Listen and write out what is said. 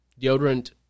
deodorant